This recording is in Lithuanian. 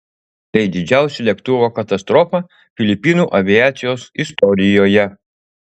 tai didžiausia lėktuvo katastrofa filipinų aviacijos istorijoje